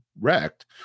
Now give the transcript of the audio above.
wrecked